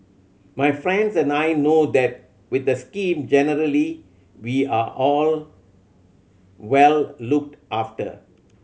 my friends and I know that with the scheme generally we are all well looked after